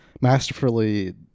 masterfully